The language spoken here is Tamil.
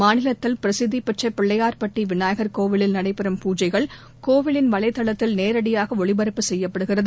மாநிலத்தில் பிரசித்தி பெற்ற பிள்ளையார்பட்டி விநாயகர் கோவிலில் நடைபெறும் பூஜைகள் கோவிலின் வலைதளத்தில் நேரடியாக ஒளிபரப்பு செய்யப்படுகிறது